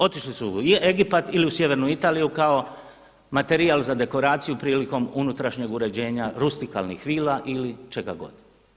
Otišli su u Egipat ili u sjevernu Italiju kao materijal za dekoraciju prilikom unutrašnjeg uređenja, rustikalnih vila ili čega god.